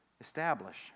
establish